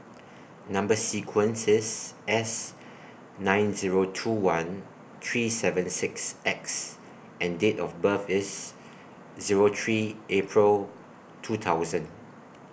Number sequence IS S nine Zero two one three seven six X and Date of birth IS Zero three April two thousand